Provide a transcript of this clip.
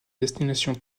destination